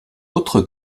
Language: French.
autre